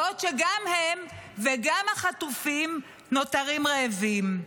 בעוד גם הם וגם החטופים נותרים רעבים.